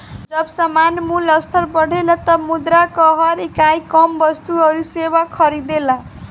जब सामान्य मूल्य स्तर बढ़ेला तब मुद्रा कअ हर इकाई कम वस्तु अउरी सेवा खरीदेला